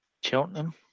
Cheltenham